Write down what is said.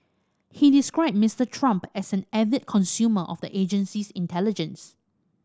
he described Mister Trump as an avid consumer of the agency's intelligence